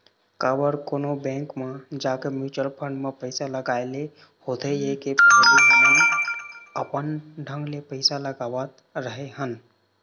काबर कोनो बेंक म जाके म्युचुअल फंड म पइसा लगाय ले होथे ये के पहिली हमन अपन ढंग ले पइसा लगावत रेहे हन